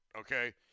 okay